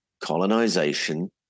colonization